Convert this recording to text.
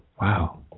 wow